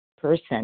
person